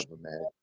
man